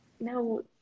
No